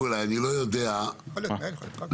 יכול להיות מייל או פקס.